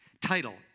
title